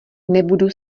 nebudu